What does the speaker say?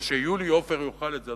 או שיולי עופר יאכל את זה.